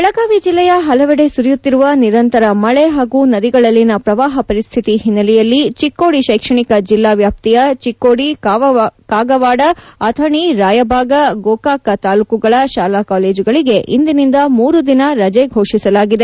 ಬೆಳಗಾವಿ ಜಿಲ್ಲೆಯ ಹಲವೆಡೆ ಸುರಿಯುತ್ತಿರುವ ನಿರಂತರ ಮಳೆ ಹಾಗೂ ನದಿಗಳಲ್ಲಿನ ಪ್ರವಾಹ ಪರಿಸ್ಥಿತಿ ಹಿನ್ನೆಲೆಯಲ್ಲಿ ಚಿಕ್ಕೋಡಿ ಶೈಕ್ಷಣಿಕ ಜಿಲ್ಲಾ ವ್ಯಾಪ್ತಿಯ ಚಿಕ್ಕೋಡಿ ಕಾಗವಾಡ ಅಥಣಿ ರಾಯಬಾಗ ಗೋಕಾಕ ತಾಲೂಕುಗಳ ಶಾಲಾ ಕಾಲೇಜುಗಳಿಗೆ ಇಂದಿನಿಂದ ಮೂರು ದಿನ ರಜೆ ಘೋಷಿಸಲಾಗಿದೆ